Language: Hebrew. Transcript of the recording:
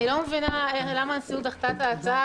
אני לא מבינה למה הנשיאות דחתה את ההצעה.